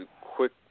quick